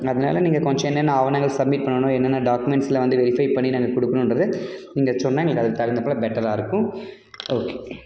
அதனால் நீங்கள் கொஞ்சம் என்னென்ன ஆவணங்கள் சப்மிட் பண்ணணும் என்னென்ன டாக்குமெண்ட்ஸில் வந்து வெரிஃபை பண்ணி நாங்கள் கொடுக்கணுன்றத நீங்கள் சொன்னால் எங்களுக்கு அதுக்கு தகுந்தாப்போல பெட்டராக இருக்கும் ஓகே